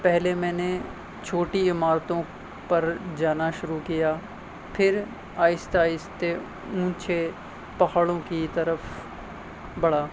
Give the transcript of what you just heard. پہلے میں نے چھوٹی عمارتوں پر جانا شروع کیا پھر آہستے آہستے اونچے پہاڑوں کی طرف بڑا